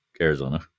Arizona